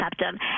septum